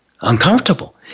uncomfortable